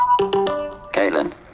Caitlin